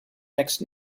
next